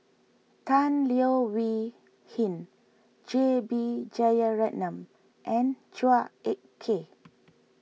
Tan Leo Wee Hin J B Jeyaretnam and Chua Ek Kay